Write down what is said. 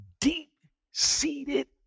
deep-seated